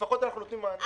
לפחות אנחנו נותנים מענה.